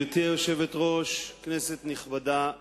גברתי היושבת-ראש, כנסת נכבדה,